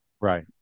Right